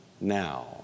now